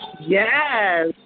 Yes